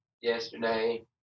yesterday